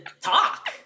talk